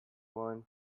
one